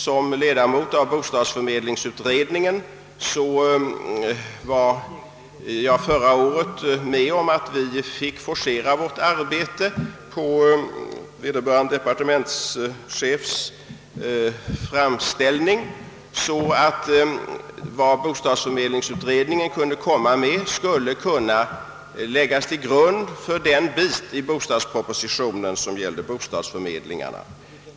| Som ledamot av bostadsförmedlingsutredningen fick jag förra året vara med om att forcera arbetet — på departementschefens framställning — så att det som bostadsförmedlingsutredningen kunde komma att redovisa kunde läggas till grund för det stycke i bostadspropositionen som gällde bostadsförmedlingarna.